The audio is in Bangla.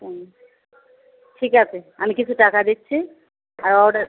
হুম ঠিক আছে আমি কিছু টাকা দিচ্ছি আর অর্ডার